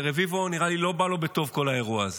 רביבו, נראה לי לא בא לו בטוב כל האירוע הזה.